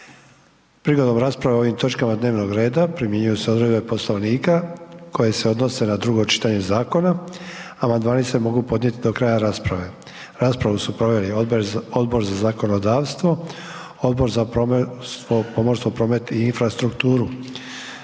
Prigodom rasprave o ovoj točci dnevnog reda primjenjuju se odredbe Poslovnika koje se odnose na drugo čitanje zakona. Amandmani se mogu podnijeti do kraja rasprave. Raspravu su proveli Odbor za zakonodavstvo i Odbor za pomorstvo, promet i infrastrukturu.